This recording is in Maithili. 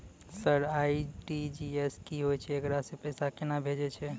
सर आर.टी.जी.एस की होय छै, एकरा से पैसा केना भेजै छै?